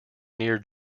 near